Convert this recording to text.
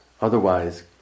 Otherwise